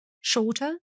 shorter